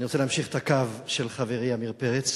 אני רוצה להמשיך את הקו של חברי עמיר פרץ